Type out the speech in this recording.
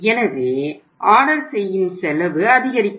எனவே ஆர்டர் செய்யும் செலவு அதிகரிக்கும்